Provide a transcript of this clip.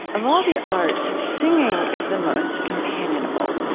of all the arts, singing is the most companionable.